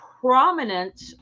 prominent